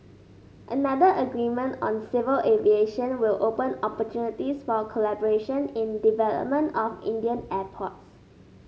another agreement on civil aviation will open opportunities for collaboration in development of Indian airports